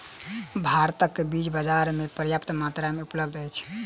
भारतक बीज बाजार में पर्याप्त मात्रा में उपलब्ध अछि